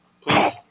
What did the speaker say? please